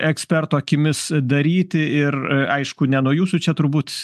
eksperto akimis daryti ir aišku ne nuo jūsų čia turbūt